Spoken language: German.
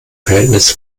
verhältnis